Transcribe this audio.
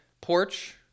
porch